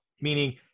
meaning